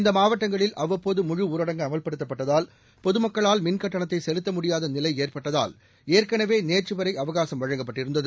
இந்த மாவட்டங்களில் அவ்வப்போது முழுஊரடங்கு அமல்படுத்தப்பட்டதால் பொதுமக்களால் மின்கட்டணத்தை செலுத்த முடியாத நிலை ஏற்பட்டதால் ஏற்கனவே நேற்று வரை அவகாசம் வழங்கப்பட்டிருந்தது